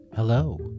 Hello